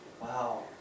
Wow